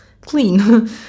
clean